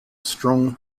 strong